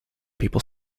people